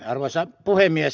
arvoisa puhemies